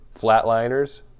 Flatliners